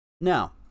Now